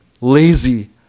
lazy